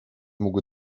mógł